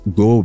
go